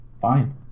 fine